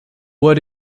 word